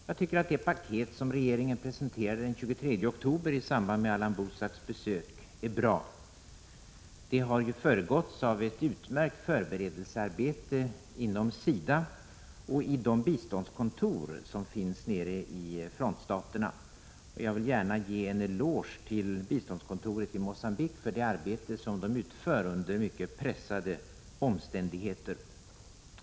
Jag tycker att det paket som regeringen presenterade den 23 oktober i samband med Allan Boesaks besök är bra. Det har ju föregåtts av ett utmärkt förberedelsearbete inom SIDA och i biståndskontoren nere i frontstaterna. Jag vill gärna ge en eloge till biståndskontoret i Mogambique för det arbete som det utför under mycket pressade omständigheter.